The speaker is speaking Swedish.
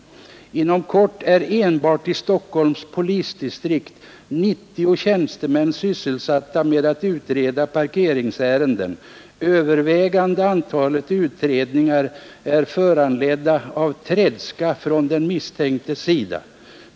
”Inom kort är enbart i Stockholms polisdistrikt 90 tjänstemän sysselsatta med att utreda parkeringsärenden. Övervägande antalet utredningar är föranledda av tredska från den misstänktes sida.